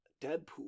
deadpool